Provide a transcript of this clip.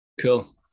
cool